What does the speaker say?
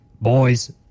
Boys